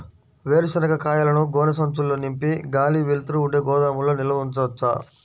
వేరుశనగ కాయలను గోనె సంచుల్లో నింపి గాలి, వెలుతురు ఉండే గోదాముల్లో నిల్వ ఉంచవచ్చా?